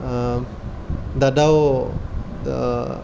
দাদাও